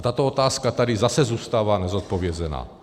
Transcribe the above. Tato otázka tady zase zůstává nezodpovězená.